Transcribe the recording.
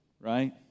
right